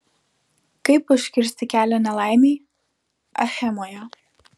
kaip užkirsti kelią nelaimei achemoje